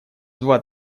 два